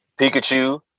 Pikachu